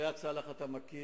את ראאד סלאח אתה מכיר,